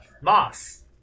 moss